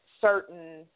certain